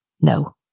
No